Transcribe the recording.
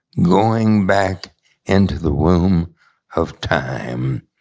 going back into the womb of time.